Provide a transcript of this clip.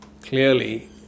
clearly